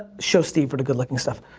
show steve for the good-looking stuff.